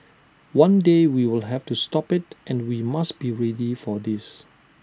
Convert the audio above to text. one day we will have to stop IT and we must be ready for this